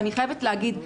אני חייבת להגיד,